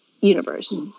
universe